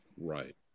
Right